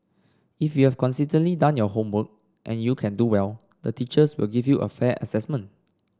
if you've consistently done your homework and you can do well the teachers will give you a fair assessment